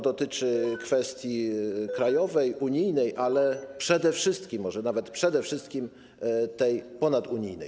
Dotyczy to kwestii krajowej, unijnej, ale przede wszystkim, może nawet przede wszystkim, ponadunijnej.